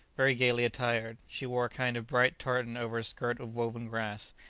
very gaily attired she wore a kind of bright tartan over a skirt of woven grass,